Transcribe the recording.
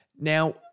Now